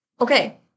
Okay